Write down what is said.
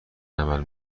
عمل